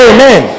Amen